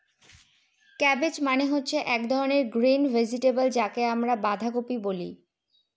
cabbage মানে হচ্ছে এক ধরনের গ্রিন ভেজিটেবল যাকে আমরা বাঁধাকপি বলে